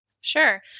Sure